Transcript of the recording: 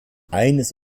eines